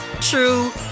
true